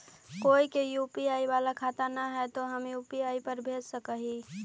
कोय के यु.पी.आई बाला खाता न है तो हम यु.पी.आई पर भेज सक ही?